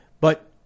But-